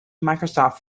microsoft